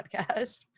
podcast